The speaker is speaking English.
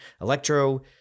Electro